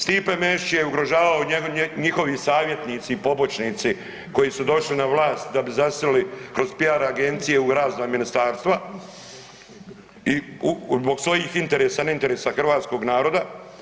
Stipe Mesić je ugrožavao njihovi savjetnici, pobočnici koji su došli na vlast da bi zasjeli kroz PR agencije u razna ministarstva zbog svojih interesa, ne interesa Hrvatskog naroda.